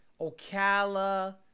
ocala